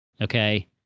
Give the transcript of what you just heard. Okay